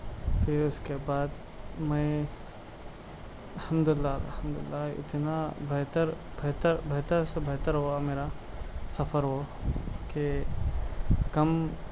پھر اُس کے بعد میں الحمد للہ الحمد للہ اتنا بہتر بہتر بہتر سے بہتر ہُوا میرا سفر وہ کہ کم